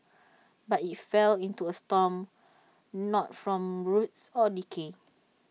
but IT fell into A storm not from rots or decay